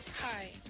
Hi